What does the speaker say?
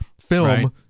film